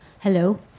Hello